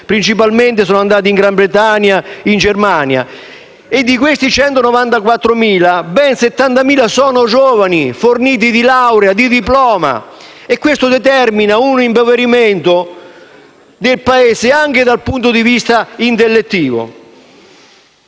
Principalmente sono andati in Gran Bretagna e Germania. Di questi 194.000, ben 70.000 sono giovani forniti di laurea e diploma. Ciò determina un impoverimento del Paese anche dal punto di vista intellettuale.